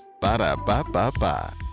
Ba-da-ba-ba-ba